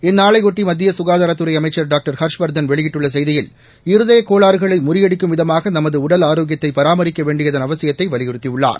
இந்நாளைபொட்டி மத்திய சுகாதாரத்துறை அமைச்சர் டாக்டர் ஹர்ஷவர்தன் வெளியிட்டுள்ள செய்தியில் இருதய கோளாறுகளை முறியடிக்கும் விதமாக நமது உடல் ஆரோக்கியத்தை பராமரிக்க வேண்டியதன் அவசியத்தை வலியுறத்தியுள்ளார்